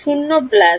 0 plus